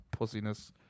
pussiness